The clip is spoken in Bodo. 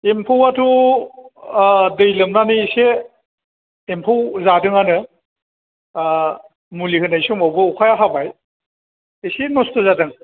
एम्फौयाथ' दै लोमनानै एसे एम्फौ जादोंआनो मुलिहोनाय समावबो एसे अखाया हाबाय एसे नस्थ' जादों